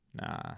Nah